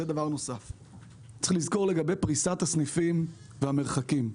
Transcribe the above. צריך לזכור לגבי פריסת הסניפים והמרחקים.